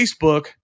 Facebook